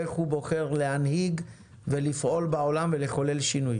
איך הוא בוחר להנהיג ולפעול בעולם ולחולל שינוי.